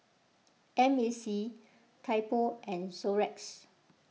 M A C Typo and Xorex